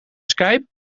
skype